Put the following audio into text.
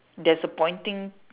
there's a pointing